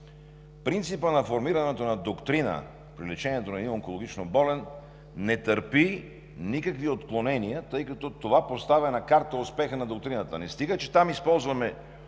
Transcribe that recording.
Принципът на формирането на доктрина при лечението на онкологично болен не търпи никакви отклонения, тъй като това поставя на карта успеха на доктрината. Не стига, че там използваме